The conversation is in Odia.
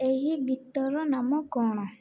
ଏହି ଗୀତର ନାମ କଣ